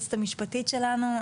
היועצת המשפטית שלנו,